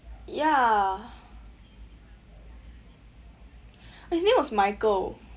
ya his name was michael